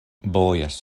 bojas